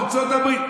ארצות הברית.